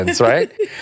right